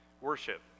worship